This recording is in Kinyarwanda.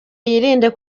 yirinde